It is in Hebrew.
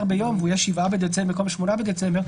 ביום והוא יהיה 7 בדצמבר במקום 8 בדצמבר,